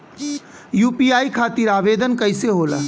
UPI खातिर आवेदन कैसे होला?